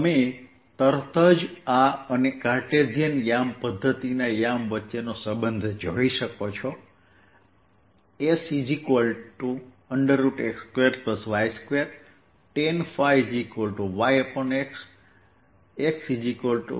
તમે તરત જ આ અને કાર્ટેઝીયન યામ પધ્ધતિ મુજબ sx2y2 છે અહીં tanϕyx છે અને આ સમીકરણોને ઉલટા કરવાથી હું xscosϕ અને yssinϕ લખી શકું છું